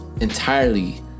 entirely